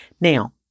Now